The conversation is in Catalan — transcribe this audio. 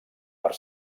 per